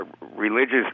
religious